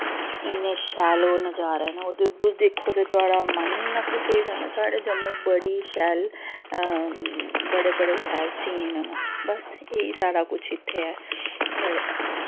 इ'न्ने शैल ओह् नज़ारे न ओह् तुस दिक्खो ते थुआढ़ा मन ई इन्ना खुश होई जंदा साढ़े जम्मू बड़ी शैल बड़े बड़े शैल सीन न बस एह् ही साढ़ा कुछ इत्थें ऐ पर